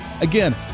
again